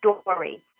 story